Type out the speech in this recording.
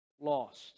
lost